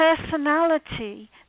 personality